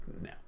No